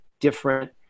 different